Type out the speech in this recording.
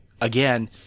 again